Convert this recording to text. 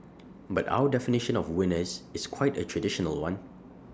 but our definition of winners is quite A traditional one